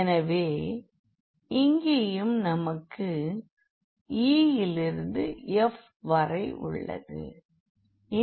எனவே இங்கேயும் நமக்கு e லிருந்து f வரையுள்ளது